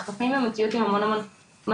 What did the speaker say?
אנחנו חיים במציאות עם המון המון מסכים,